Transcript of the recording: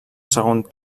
segon